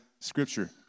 scripture